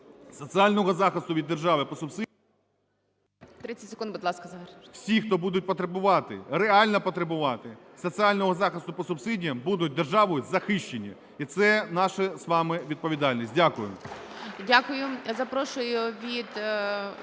будь ласка, завершити. ГРОЙСМАН В.Б. Всі, хто будуть потребувати, реально потребувати соціального захисту по субсидіям, будуть державою захищені. І це наша з вами відповідальність. Дякую.